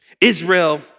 Israel